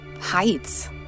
heights